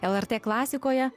lrt klasikoje